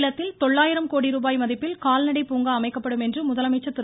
சேலத்தில் தொள்ளாயிரம் கோடி ரூபாய் மதிப்பில் கால்நடை பூங்கா அமைக்கப்படும் என்று முதலமைச்சர் திரு